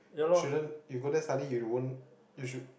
shouldn't you go there study you won't you should